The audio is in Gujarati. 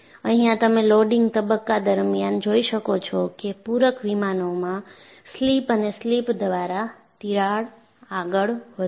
અહિયાં તમે લોડિંગ તબક્કા દરમિયાન જોઈ શકો છો કે પૂરક વિમાનોમાં સ્લિપ અને સ્લિપ દ્વારા તિરાડ આગળ વધે છે